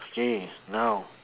okay now